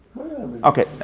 Okay